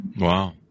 Wow